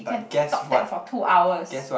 we can talk that for two hours